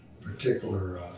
particular